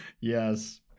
yes